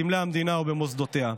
בסמלי המדינה ובמוסדותיה.